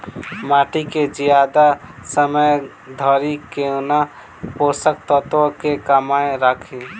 माटि केँ जियादा समय धरि कोना पोसक तत्वक केँ कायम राखि?